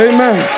Amen